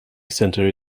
center